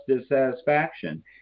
dissatisfaction